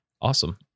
awesome